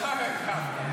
זה לא עובד ככה.